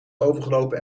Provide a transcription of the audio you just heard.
overgelopen